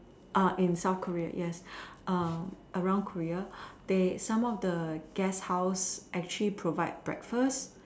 uh in South Korea yes uh around Korea they some of the guest house actually provide breakfast